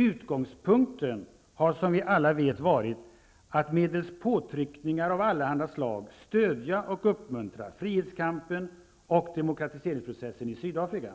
Utgångspunkten har som vi alla vet varit att medelst påtryckningar av allehanda slag stödja och uppmuntra frihetskampen och demokratiseringsprocessen i Sydafrika --